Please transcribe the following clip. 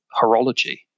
horology